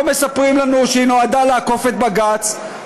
לא מספרים לנו שהיא נועדה לעקוף את בג"ץ,